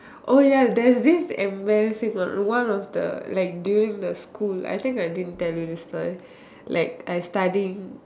oh ya there's this embarrassing one one of the like during the school I think I didn't tell you this story like I studying